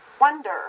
wonder